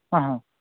ಹಾಂ ಹಾಂ